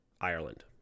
Ireland